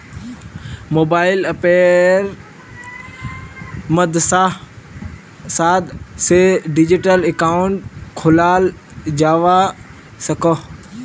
mobile अप्पेर मद्साद से डिजिटल अकाउंट खोलाल जावा सकोह